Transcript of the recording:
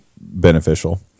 beneficial